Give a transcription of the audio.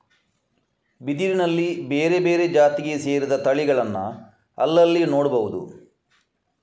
ಬಿದಿರಿನಲ್ಲಿ ಬೇರೆ ಬೇರೆ ಜಾತಿಗೆ ಸೇರಿದ ತಳಿಗಳನ್ನ ಅಲ್ಲಲ್ಲಿ ನೋಡ್ಬಹುದು